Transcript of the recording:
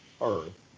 Earth